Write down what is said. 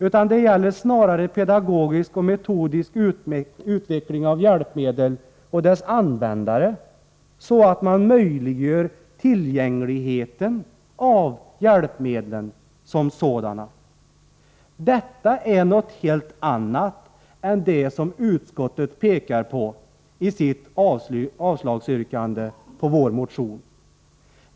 Det gäller snarare att utveckla hjälpmedel och att genom pedagogiska åtgärder möjliggöra för de handikappade att använda dessa. Detta är något helt annat än det som utskottet pekar på i sitt avslagsyrkande beträffande vår motion.